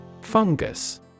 Fungus